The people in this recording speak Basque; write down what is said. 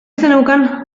zeneukan